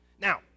Now